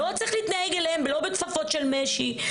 לא בכפפות של משי,